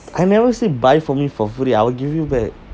I never say buy for me for free I will give you back